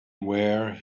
were